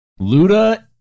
Luda